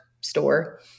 store